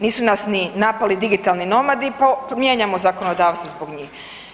Nisu nas ni napali digitalni nomadi pa mijenjamo zakonodavstvo zbog njih.